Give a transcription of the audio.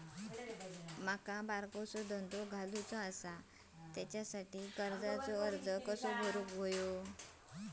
माका बारकोसो धंदो घालुचो आसा त्याच्याखाती कर्जाचो अर्ज कसो करूचो?